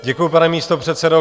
Děkuji, pane místopředsedo.